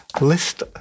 list